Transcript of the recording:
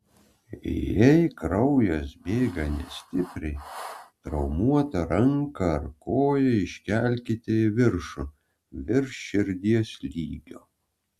jei kraujas bėga nestipriai traumuotą ranką ar koją iškelkite į viršų virš širdies lygio